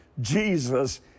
Jesus